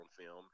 film